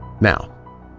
Now